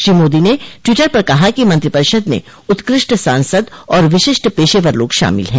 श्री मोदी ने ट्वीटर पर कहा कि मंत्रिपरिषद में उत्कृष्ट सांसद और विशिष्ट पेशेवर लोग शामिल हैं